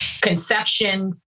conception